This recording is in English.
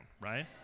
right